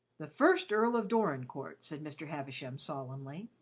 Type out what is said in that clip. the first earl of dorincourt, said mr. havisham solemnly,